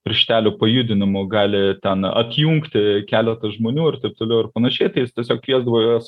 pirštelio pajudinimu gali ten atjungti keletą žmonių ir taip toliau ir panašiai tai jis tiesiog kviesdavo juos